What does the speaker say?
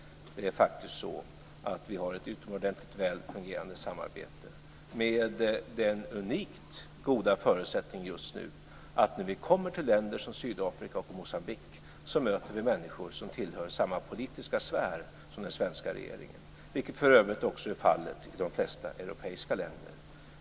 Vi har ett utomordentligt väl fungerande samarbete. Just nu har vi den unikt goda förutsättningen att när vi kommer till länder som Sydafrika och Moçambique möter vi människor som tillhör samma politiska sfär som den svenska regeringen, vilket för övrigt också är fallet i de flesta europeiska länder.